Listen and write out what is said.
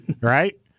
right